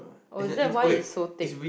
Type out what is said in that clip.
oh is that why is so think